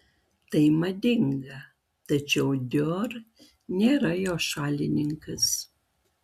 tai madinga tačiau dior nėra jo šalininkas